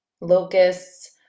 Locusts